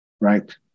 right